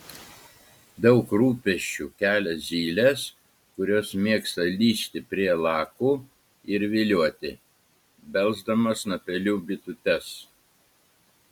daug rūpesčių kelia zylės kurios mėgsta lįsti prie lakų ir vilioti belsdamos snapeliu bitutes